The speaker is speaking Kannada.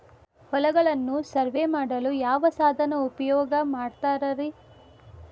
ಹೊಲಗಳನ್ನು ಸರ್ವೇ ಮಾಡಲು ಯಾವ ಸಾಧನ ಉಪಯೋಗ ಮಾಡ್ತಾರ ರಿ?